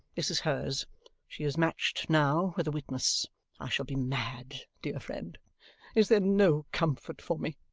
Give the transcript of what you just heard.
this is hers she is matched now with a witness i shall be mad, dear friend is there no comfort for me?